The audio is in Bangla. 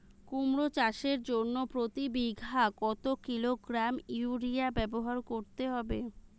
কুমড়ো চাষের জন্য প্রতি বিঘা কত কিলোগ্রাম ইউরিয়া ব্যবহার করতে হবে?